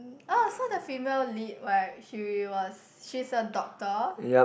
ah so the female lead right she was she is a doctor